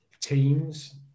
Teams